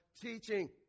teaching